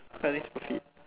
super fit